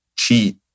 cheat